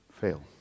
fail